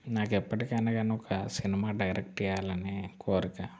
నాకు ఎప్పటికైనా కానీ ఒక సినిమా డైరెక్టర్ చేయాలని కోరిక